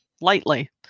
lightly